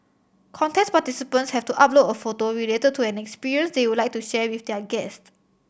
contest participants have to upload a photo related to an experience they would like to share with their guest